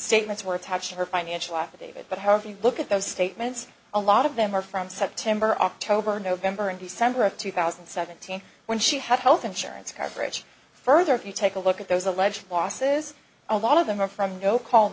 statements were attached to her financial affidavit but have you look at those statements a lot of them are from september october november and december of two thousand and seventeen when she had health insurance coverage further if you take a look at those alleged losses a lot of them are from no call